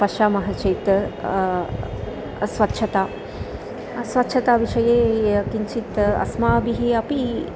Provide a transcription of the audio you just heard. पश्यामः चेत् अस्वच्छता अस्वच्छता विषये किञ्चित् अस्माभिः अपि